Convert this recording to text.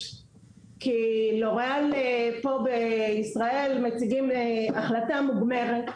כי לוריאל בישראל מציגים החלטה מוגמרת,